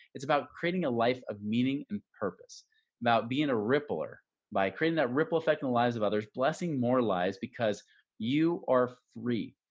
it's about creating a life of meaning and purpose about being a rippler by creating that ripple effect in the lives of others. blessing more lives because you are free.